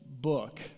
book